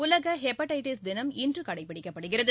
உலக ஹெப்படைடஸ் தினம் இன்று கடைபிடிக்கப்படுகிறது